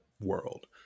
world